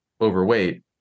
overweight